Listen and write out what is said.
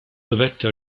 dovette